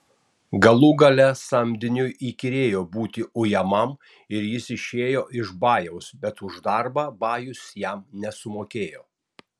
galų gale samdiniui įkyrėjo būti ujamam ir jis išėjo iš bajaus bet už darbą bajus jam nesumokėjo